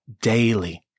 daily